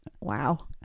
Wow